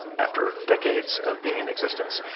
after decades of being in existence.